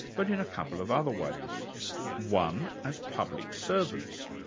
but in a couple of other ways one. as public servants.